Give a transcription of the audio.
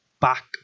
back